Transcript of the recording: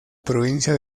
provincia